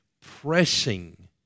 pressing